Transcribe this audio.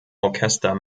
orchester